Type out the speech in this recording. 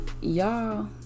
y'all